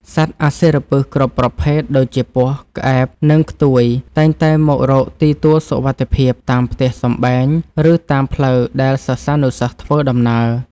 សត្វអាសិរពិសគ្រប់ប្រភេទដូចជាពស់ ក្អែប និង ខ្ទួយតែងតែមករកទីទួលសុវត្ថិភាពតាមផ្ទះសម្បែង ឬតាមផ្លូវដែលសិស្សានុសិស្សធ្វើដំណើរ។